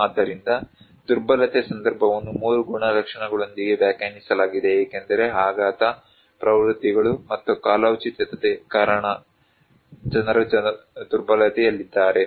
ಆದ್ದರಿಂದ ದುರ್ಬಲತೆ ಸಂದರ್ಭವನ್ನು 3 ಗುಣಲಕ್ಷಣಗಳೊಂದಿಗೆ ವ್ಯಾಖ್ಯಾನಿಸಲಾಗಿದೆ ಏಕೆಂದರೆ ಆಘಾತ ಪ್ರವೃತ್ತಿಗಳು ಮತ್ತು ಕಾಲೋಚಿತತೆ ಕಾರಣ ಜನರು ದುರ್ಬಲತೆಯಲ್ಲಿದ್ದಾರೆ